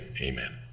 amen